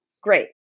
Great